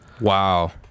Wow